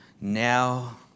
Now